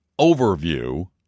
Overview